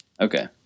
Okay